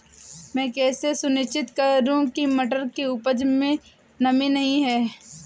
मैं कैसे सुनिश्चित करूँ की मटर की उपज में नमी नहीं है?